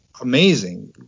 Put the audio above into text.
Amazing